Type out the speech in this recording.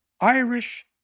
Irish